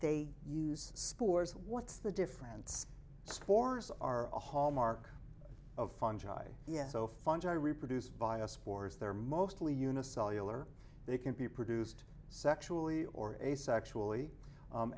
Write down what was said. they use spores what's the difference spores are a hallmark of fungi yes so fungi reproduce by a spores they're mostly unicellular they can be produced sexually or asexually